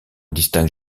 distingue